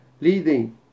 Leading